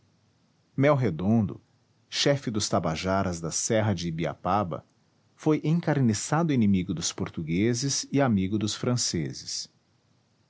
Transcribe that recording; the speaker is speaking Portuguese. mel redondo chefe dos tabajaras da serra de ibiapaba foi encarniçado inimigo dos portugueses e amigo dos franceses